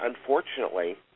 unfortunately